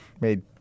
made